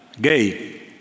gay